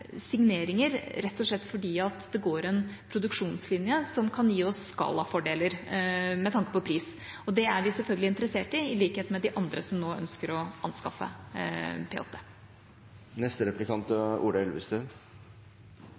signeringer, rett og slett fordi det går en produksjonslinje som kan gi oss skalafordeler med tanke på pris. Det er vi selvfølgelig interessert i, i likhet med de andre som nå ønsker å anskaffe